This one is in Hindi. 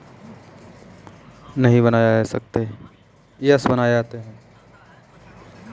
गेहूं तथा चावल के भूसे से डठंल फाइबर बनाया जाता है